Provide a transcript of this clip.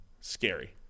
Scary